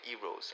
Heroes